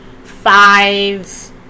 Five